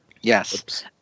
Yes